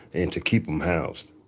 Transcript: and to keep them housed.